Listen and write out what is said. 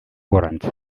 gorantz